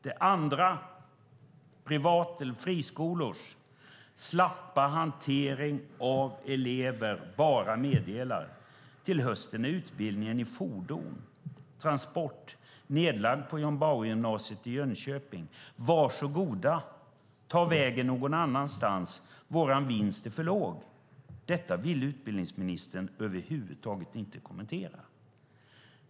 Det andra är att privatskolors eller friskolors slappa hantering av elever när de bara meddelar att till hösten är utbildningen i fordon och transport nedlagd på John Bauergymnasiet i Jönköping. Varsågoda att ta vägen någon annanstans! Vår vinst är för låg. Detta vill utbildningsministern över huvud taget inte kommentera.